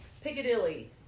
Piccadilly